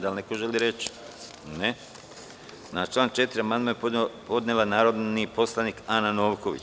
Da li neko želi reč? (Ne.) Na član 4. amandman je podnela narodni poslanik Ana Novković.